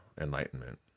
enlightenment